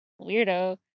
Weirdo